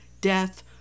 Death